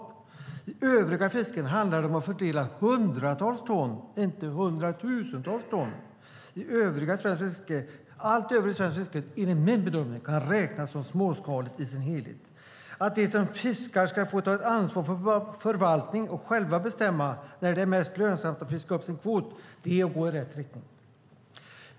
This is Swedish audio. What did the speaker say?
När det gäller övrigt fiske handlar det om att fördela hundratals ton, inte hundratusentals ton. Allt det övriga svenska fisket kan enligt min bedömning räknas som småskaligt i sin helhet. Att låta dem som fiskar få ta ansvar för förvaltningen och själva bestämma när det är mest lönsamt att fiska upp sin kvot är att gå i rätt riktning.